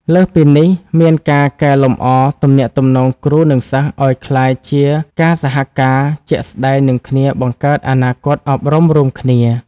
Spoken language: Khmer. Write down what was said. លើសពីនេះមានការកែលម្អទំនាក់ទំនងគ្រូនិងសិស្សឲ្យក្លាយជាការសហការណ៍ជាក់ស្តែងនឹងគ្នាបង្កើតអនាគតអប់រំរួមគ្នា។